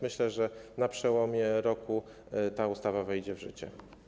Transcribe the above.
Myślę, że na przełomie roku ta ustawa wejdzie w życie.